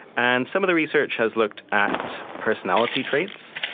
and some of the research has looked at personality traits,